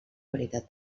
qualitat